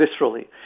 viscerally